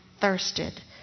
thirsted